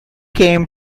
came